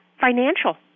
financial